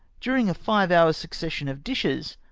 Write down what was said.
during a five hours' suc cession of dishes,